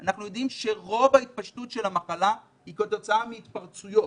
אנחנו יודעים שהתפשטות המחלה היא בעיקר כתוצאה מהתפרצויות,